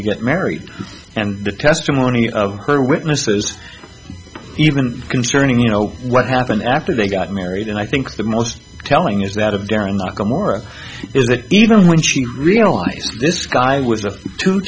to get married and the testimony of their witnesses even concerning you know what happened after they got married and i think the most telling is that of more that even when she realized this guy was a two